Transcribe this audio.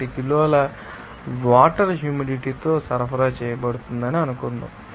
01 కిలోల water humidity తో సరఫరా చేయబడుతుందని అనుకుందాం